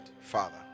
Father